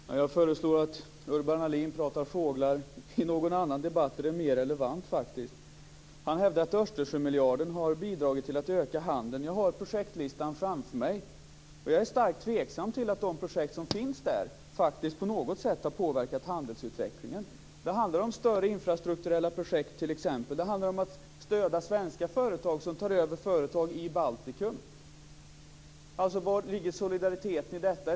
Fru talman! Jag föreslår att Urban Ahlin pratar fåglar i någon annan debatt, där det är mer relevant. Urban Ahlin hävdar att Östersjömiljarden har bidragit till att öka handeln. Jag har projektlistan framför mig. Jag är starkt tveksam till att de projekt som finns där på något sätt har påverkat handelsutvecklingen. Det handlar t.ex. om större infrastrukturella projekt. Det handlar om att stödja svenska företag som tar över företag i Baltikum. Var ligger solidariteten i detta?